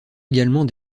également